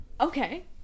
Okay